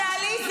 למה?